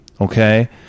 okay